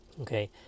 okay